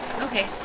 Okay